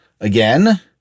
again